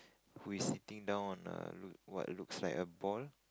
who is sitting down on a look what looks like a ball